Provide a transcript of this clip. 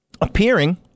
Appearing